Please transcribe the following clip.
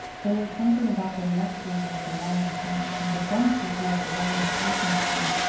there was something about the luxury of the welland house and the density of the welland atmosphere,